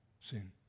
sin